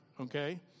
okay